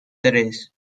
tres